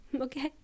okay